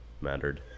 mattered